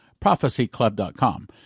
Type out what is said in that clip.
ProphecyClub.com